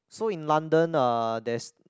so in London ah there's